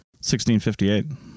1658